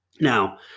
Now